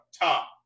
top